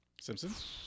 Simpsons